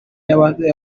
y’abamotari